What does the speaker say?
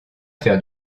faire